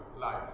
life